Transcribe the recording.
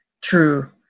true